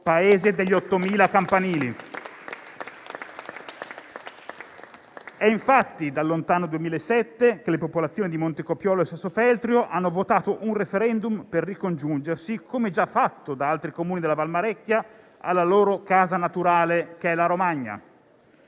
Paese degli 8.000 campanili. È, infatti, dal lontano 2007 che le popolazioni di Montecopiolo e Sassofeltrio hanno votato un *referendum* per ricongiungersi, come già fatto da altri Comuni della Valmarecchia, alla loro casa naturale, che è la Romagna.